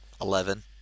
Eleven